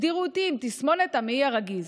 הגדירו אותי עם תסמונת המעי הרגיז.